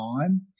time